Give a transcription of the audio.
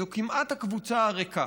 זו כמעט קבוצה ריקה,